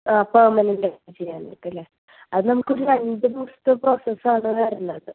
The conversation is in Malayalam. ആ പെർമനൻറ്റ് ചെയ്യാനാരിക്കും അല്ലേ അത് നമുക്ക് ഒരു രണ്ട് ദിവസത്തെ പ്രോസസ് ആണ് വരുന്നത്